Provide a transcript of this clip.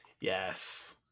Yes